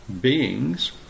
beings